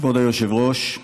כבוד היושב-ראש,